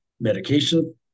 medication